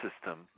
system